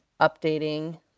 updating